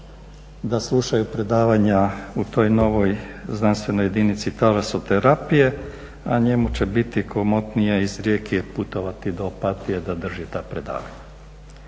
da slušaju predavanja u toj novoj znanstvenoj jedinici talasoterapije a njemu će biti komotnije iz Rijeke putovati do Opatije da drži ta predavanja.